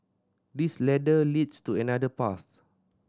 this ladder leads to another path